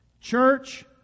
Church